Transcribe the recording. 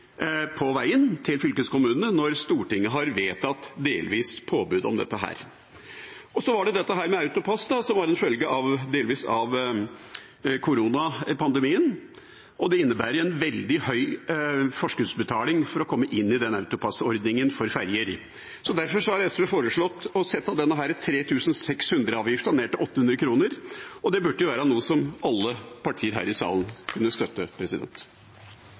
på veien til fylkeskommunene når Stortinget har vedtatt et delvis påbud om dette. Så er det dette med AutoPASS, som delvis var en følge av koronapandemien. Det innebærer en veldig høy forskuddsbetaling å komme inn i AutoPASS-ordningen for ferjer. Derfor har SV foreslått å sette avgiften på 3 600 kr ned til 800 kr, og det burde være noe alle partier her i salen kunne støtte.